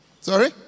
sorry